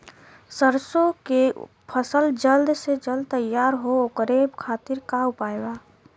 सरसो के फसल जल्द से जल्द तैयार हो ओकरे खातीर का उपाय बा?